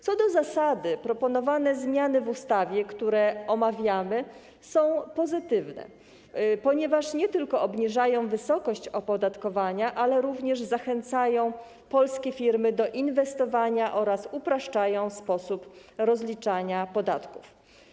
Co do zasady proponowane zmiany w ustawie, którą omawiamy, są pozytywne, ponieważ nie tylko obniżają wysokość opodatkowania, ale również zachęcają polskie firmy do inwestowania oraz upraszczają sposób rozliczania podatków.